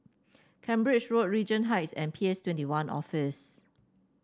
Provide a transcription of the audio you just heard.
Cambridge Road Regent Heights and P S Twenty One Office